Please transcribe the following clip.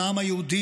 על העם היהודי,